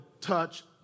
touch